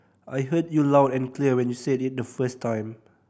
I heard you loud and clear when you said it the first time